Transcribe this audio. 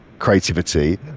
creativity